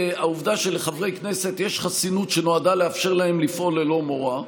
שלחברי כנסת יש חסינות שנועדה לאפשר להם לפעול ללא מורא.